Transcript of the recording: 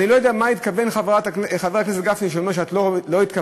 אני לא יודע למה התכוון חבר הכנסת גפני כשאמר שאת לא התכוונת,